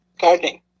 gardening